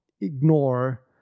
ignore